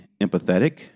empathetic